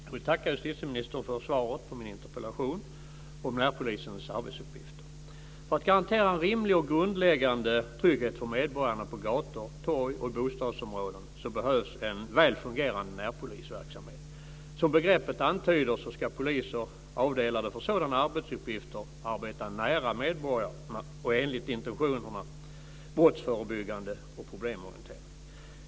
Fru talman! Jag vill tacka justitieministern för svaret på min interpellation om närpolisens arbetsuppgifter. För att garantera en rimlig och grundläggande trygghet för medborgarna på gator och torg och i bostadsområden behövs en väl fungerande närpolisverksamhet. Som begreppet antyder ska poliser avdelade för sådana arbetsuppgifter arbeta nära medborgarna och enligt intentionerna brottsförebyggande och problemorienterat.